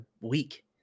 week